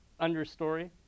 understory